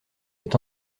est